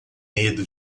medo